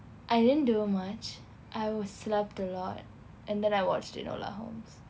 I didn't do much I was slept a lot and then I watched enola holmes